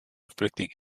reflecting